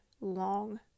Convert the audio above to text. long